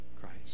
Christ